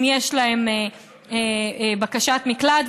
אם יש להם בקשת מקלט,